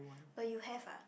but you have ah